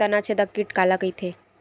तनाछेदक कीट काला कइथे?